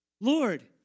Lord